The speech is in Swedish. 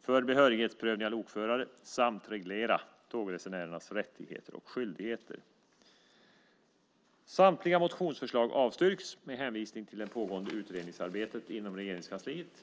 för behörighetsprövning av lokförare samt reglera tågresenärernas rättigheter och skyldigheter. Samtliga motionsförslag avstyrks med hänvisning till det pågående utredningsarbetet inom Regeringskansliet.